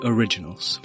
Originals